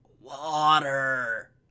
water